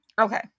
Okay